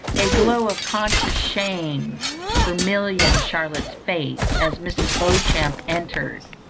a glow of conscious shame vermillioned charlotte's face as mrs. beauchamp entered.